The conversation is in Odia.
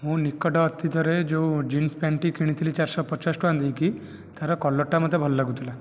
ମୁଁ ନିକଟ ଅତୀତରେ ଯେଉଁ ଜିନ୍ସ ପ୍ୟାଣ୍ଟଟି କିଣିଥିଲି ଚାରିଶହ ପଚାଶ ଟଙ୍କା ଦେଇକି ତା'ର କଲରଟା ମୋତେ ଭଲ ଲାଗୁଥିଲା